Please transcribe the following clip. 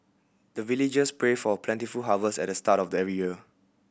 the villagers pray for plentiful harvest at the start of the every year